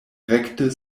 rekte